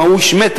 אם האיש מת,